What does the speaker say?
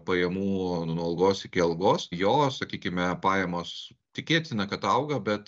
pajamų nuo algos iki algos jo sakykime pajamos tikėtina kad auga bet